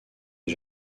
les